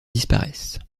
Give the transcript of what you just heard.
disparaissent